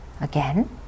again